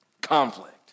Conflict